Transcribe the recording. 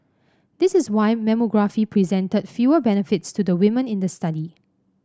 this was why mammography presented fewer benefits to the women in the study